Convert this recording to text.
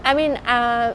I mean uh